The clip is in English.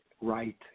right